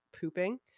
pooping